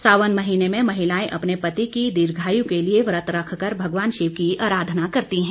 सावन महीने में महिलाएं अपने पति की दीर्घायु के लिए व्रत रखकर भगवान शिव की अराधना करती हैं